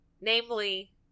namely